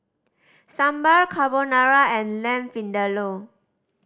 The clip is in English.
Sambar Carbonara and Lamb Vindaloo